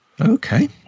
Okay